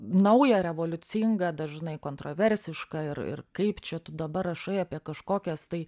nauja revoliucinga dažnai kontroversiška ir ir kaip čia tu dabar rašai apie kažkokias tai